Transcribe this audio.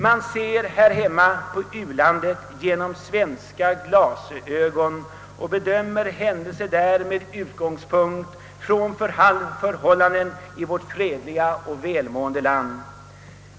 Man ser här hemma på uländerna genom svenska glasögon och bedömer händelser där med utgångspunkt från förhållandena i vårt fredliga och välmående land.